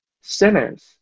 sinners